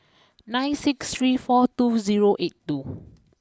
nine six three four two zero eight two